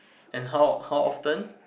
and how how often